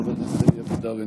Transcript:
חבר הכנסת אלי אבידר,